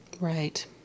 Right